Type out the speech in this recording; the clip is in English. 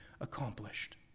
accomplished